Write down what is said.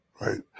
right